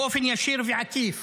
באופן ישיר ועקיף